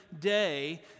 day